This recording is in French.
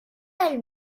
elles